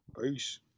Peace